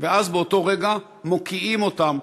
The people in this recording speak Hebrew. ואז באותו רגע מוקיעים אותם,